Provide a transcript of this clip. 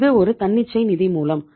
இது ஒரு தன்னிச்சை நிதி மூலம்